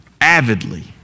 avidly